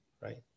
Right